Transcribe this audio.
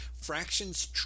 Fraction's